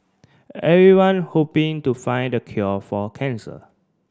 everyone hoping to find the cure for cancer